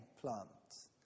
plants